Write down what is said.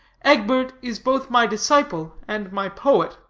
egbert is both my disciple and my poet.